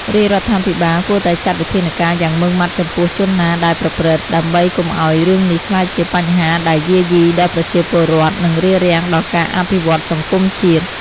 រាជរដ្ឋាភិបាលគួតែចាត់វិធានការយ៉ាងម៉ឺងម៉ាត់ចំពោះជនណាដែលប្រព្រឹត្ដិ ដើម្បីកុំឲ្យរឿងនេះក្លាយជាបញ្ហាដែលយាយីដល់ប្រជាពលរដ្ឋ នឹងរារាំងដល់ការអភិវឌ្ឍន៍សង្គមជាតិ។